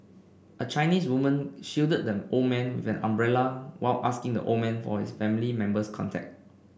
a Chinese woman shielded the old man with an umbrella while asking the old man for his family member's contact